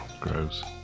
Gross